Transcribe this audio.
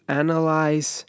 analyze